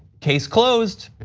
case closed,